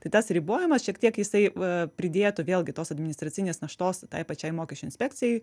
tai tas ribojimas šiek tiek jisai va pridėtų vėlgi tos administracinės naštos tai pačiai mokesčių inspekcijai